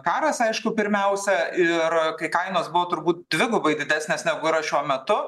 karas aišku pirmiausia ir kai kainos buvo turbūt dvigubai didesnės negu yra šiuo metu